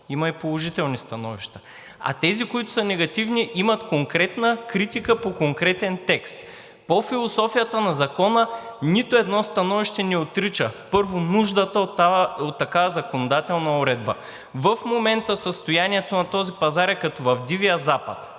Има и положителни становища. А тези, които са негативни, имат конкретна критика по конкретен текст. По философията на Закона нито едно становище не отрича, първо, нуждата от такава законодателна уредба. В момента състоянието на този пазар е като в Дивия запад